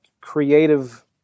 creative